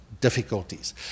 difficulties